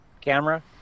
camera